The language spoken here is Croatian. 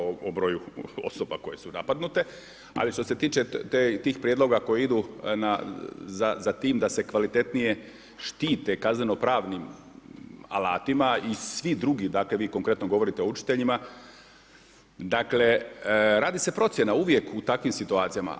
Nemam podatke o broju osoba koje su napadnute, ali što ste tiče tih prijedloga koji idu za tim da se kvalitetnije štite kazneno-pravnim alatima i svi drugi, dakle vi konkretno govorite o učiteljima, dakle radi se procjena uvijek u takvim situacijama.